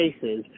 cases